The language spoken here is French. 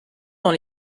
dans